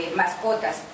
mascotas